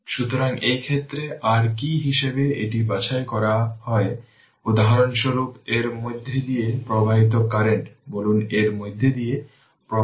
সুতরাং এই ক্ষেত্রে r কি হিসাবে এটি বাছাই করা হয় উদাহরণস্বরূপ এর মধ্য দিয়ে প্রবাহিত কারেন্ট বলুন এর মধ্য দিয়ে প্রবাহিত কারেন্ট বলুন এটি r i